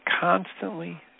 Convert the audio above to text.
constantly